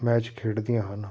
match ਖੇਡਦੀਆਂ ਹਨ